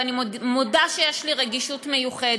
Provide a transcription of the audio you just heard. ואני מודה שיש לי רגישות מיוחדת.